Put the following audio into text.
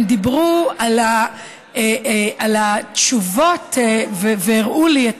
הם דיברו על התשובות והראו לי את